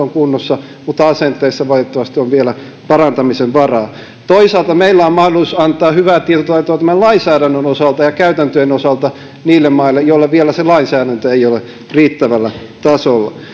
on kunnossa mutta asenteissa valitettavasti on vielä parantamisen varaa toisaalta meillä on mahdollisuus antaa hyvää tietotaitoa tämän lainsäädännön osalta ja käytäntöjen osalta niille maille joilla vielä se lainsäädäntö ei ole riittävällä tasolla